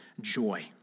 joy